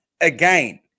Again